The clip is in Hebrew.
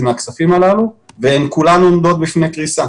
מהכספים הללו והן כולן עומדות בפני קריסה.